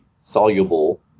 soluble